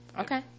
Okay